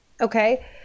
okay